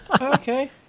Okay